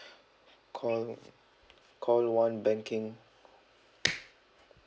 call call one banking